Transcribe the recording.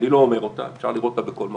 אני לא אומר אותה, אפשר לראות אותה בכל מקום.